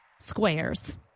squares